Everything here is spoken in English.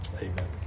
Amen